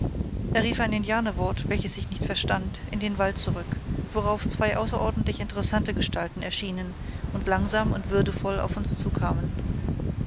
er rief ein indianerwort welches ich nicht verstand in den wald zurück worauf zwei außerordentlich interessante gestalten erschienen und langsam und würdevoll auf uns zukamen